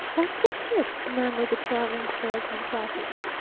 that's just it, murmured the traveling salesman placidly.